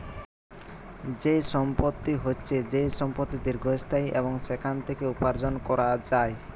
যেই সম্পত্তি হচ্ছে যেই সম্পত্তি দীর্ঘস্থায়ী এবং সেখান থেকে উপার্জন করা যায়